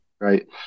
Right